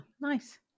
nice